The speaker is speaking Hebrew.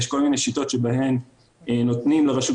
יש כל מיני שיטות שבהן נותנים לרשות